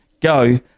Go